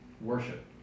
worship